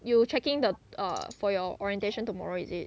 you checking the err for your orientation tomorrow is it